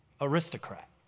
aristocrat